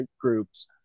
groups